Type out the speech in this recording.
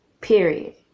period